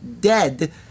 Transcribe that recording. dead